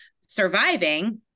surviving